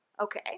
okay